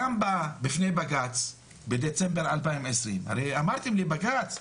גם בפני בג"צ בדצמבר 2020. הרי אמרתם לבג"צ,